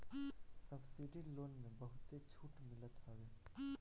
subsidy loan में बहुते छुट मिलत हवे